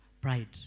Pride